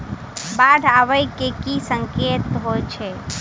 बाढ़ आबै केँ की संकेत होइ छै?